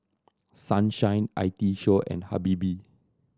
Sunshine I T Show and Habibie